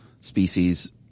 species